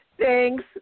Thanks